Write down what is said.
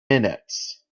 minutes